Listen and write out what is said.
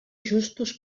justos